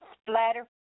splatter